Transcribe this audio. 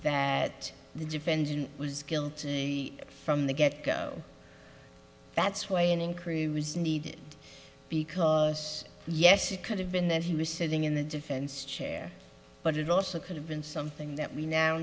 that the defendant was guilty from the get go that's why an increase was needed because yes it could have been that he was sitting in the defense chair but it also could have been something that we now